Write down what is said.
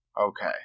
okay